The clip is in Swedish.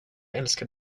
älskar